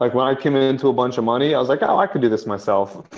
like when i came into a bunch of money, i was like, i i can do this myself.